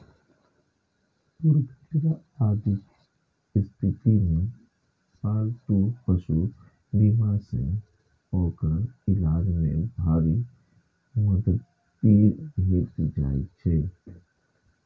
दुर्घटना आदिक स्थिति मे पालतू पशु बीमा सं ओकर इलाज मे भारी मदति भेटै छै